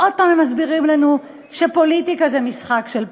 עוד הפעם הם מסבירים לנו שפוליטיקה זה משחק של פשרות.